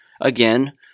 again